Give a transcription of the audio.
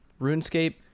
RuneScape